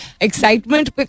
excitement